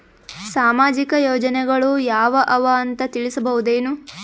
ಸಾಮಾಜಿಕ ಯೋಜನೆಗಳು ಯಾವ ಅವ ಅಂತ ತಿಳಸಬಹುದೇನು?